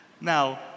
Now